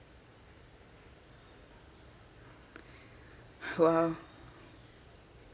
!wow!